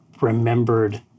remembered